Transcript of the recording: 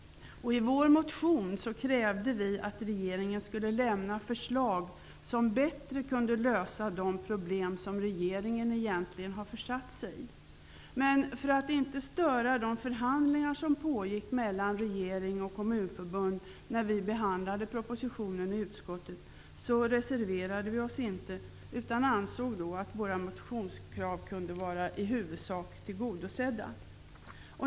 I vår motion krävde vi att regeringen skulle lämna förslag som bättre kunde lösa de problem som regeringen egentligen har försatt sig i. Men för att inte störa de förhandlingar som pågick mellan regering och kommunförbund, när vi behandlade propositionen i utskottet, reserverade vi oss inte, utan ansåg att våra motionskrav i huvudsak kunde anses tillgodosedda.